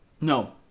No